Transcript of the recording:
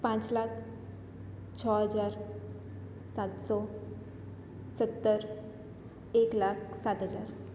પાંચ લાખ છ હજાર સાતસો સત્તર એક લાખ સાત હજાર